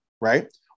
right